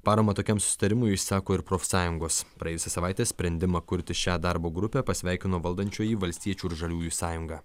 paramą tokiam susitarimui išsako ir profsąjungos praėjusią savaitę sprendimą kurti šią darbo grupę pasveikino valdančioji valstiečių ir žaliųjų sąjunga